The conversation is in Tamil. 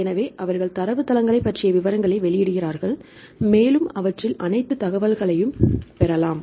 எனவே அவர்கள் தரவுத்தளங்களைப் பற்றிய விவரங்களை வெளியிடுகிறார்கள் மேலும் அவற்றில் அனைத்து தகவல்களையும் பெறலாம்